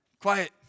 Quiet